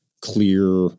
clear